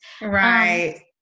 right